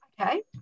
Okay